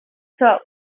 zur